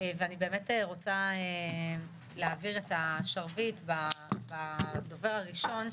ואני באמת רוצה להעביר את השרביט לדובר הראשון.